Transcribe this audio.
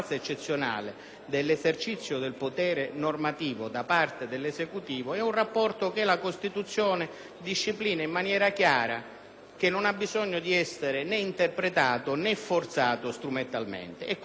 dell'esercizio del potere normativo da parte dell'esecutivo, è un rapporto che la Costituzione disciplina in una maniera chiara e che non ha bisogno di essere né interpretato né forzato strumentalmente. Questo riguarda